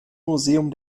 museum